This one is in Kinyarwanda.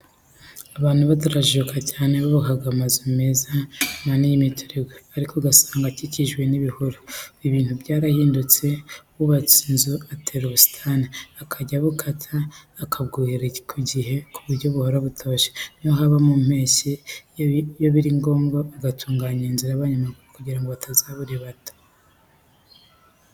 Abantu batarajijuka cyane bubakaga amazu meza, manini y'imiturirwa, ariko ugasanga akikijwe n'ibihuru, ubu ibintu byarahindutse, uwubatse inzu atera n'ubusitani, akajya abukata, akabwuhira ku gihe ku buryo buhora butoshye n'iyo haba mu mpeshyi, iyo biri ngombwa atunganya n'inzira z'abanyamaguru kugira ngo batazaburibata.